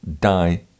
die